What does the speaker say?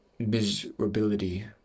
miserability